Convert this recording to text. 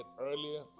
earlier